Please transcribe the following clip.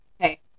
Okay